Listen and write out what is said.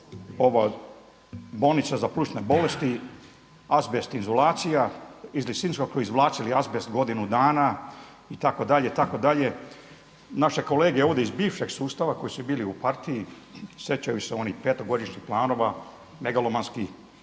Bolnica za plućne bolesti, azbest izolacija, iz Lisinskog su izvlačili azbest godinu dana itd., itd. Naše kolege ovdje iz bivšeg sustava koji su bili u partiji sjećaju se oni petogodišnjih planova megalomanskih